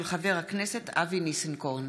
של חבר הכנסת אבי ניסנקורן.